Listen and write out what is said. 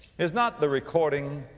is not the recording